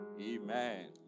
Amen